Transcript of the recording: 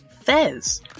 Fez